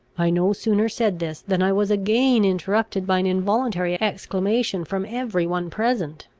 i no sooner said this, than i was again interrupted by an involuntary exclamation from every one present.